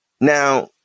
Now